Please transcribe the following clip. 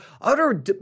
utter